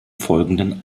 folgenden